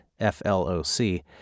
F-L-O-C